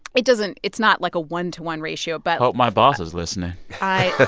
it doesn't it's not like a one to one ratio. but. hope my boss is listening i